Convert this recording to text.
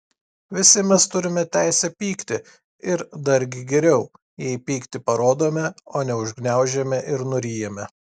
visi mes turime teisę pykti ir dargi geriau jei pyktį parodome o ne užgniaužiame ir nuryjame